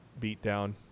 beatdown